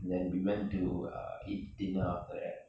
then we went to uh eat dinner after that